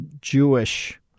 Jewish